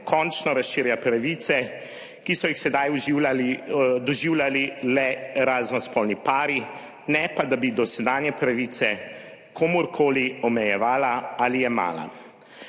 končno razširja pravice, ki so jih sedaj oživljali doživljali le raznospolni pari, ne pa da bi dosedanje pravice komurkoli omejevala ali jemala.